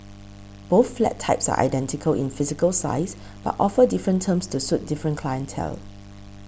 both flat types are identical in physical size but offer different terms to suit different clientele